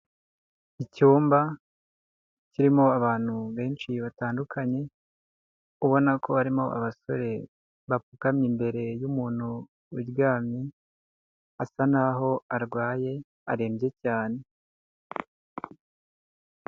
Icyumba kirimo abantu benshi batandukanye ubona ko harimo abasore bapfukamye imbere y'umuntu uryamye asa naho arwaye, arembye cyane.